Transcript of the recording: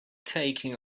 taking